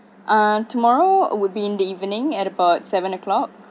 ah tomorrow would be in the evening at about seven o'clock